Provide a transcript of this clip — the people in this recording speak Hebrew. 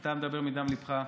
אתה מדבר מדם ליבך,